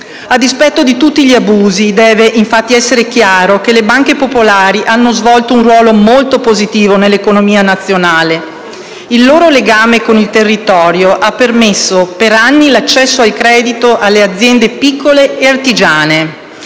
A dispetto di tutti gli abusi, deve infatti essere chiaro che le banche popolari hanno svolto un ruolo molto positivo nell'economia nazionale. Il loro legame con il territorio ha permesso per anni l'accesso al credito di aziende piccole o artigiane,